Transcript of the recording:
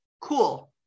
cool